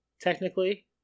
technically